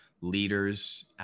leaders